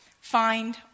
find